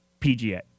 pga